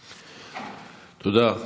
תודה.